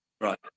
Right